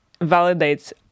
validates